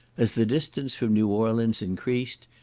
as the distance from new orleans increased,